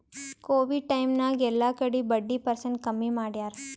Covid time ನಾಗ್ ಎಲ್ಲಾ ಕಡಿ ಬಡ್ಡಿ ಪರ್ಸೆಂಟ್ ಕಮ್ಮಿ ಮಾಡ್ಯಾರ್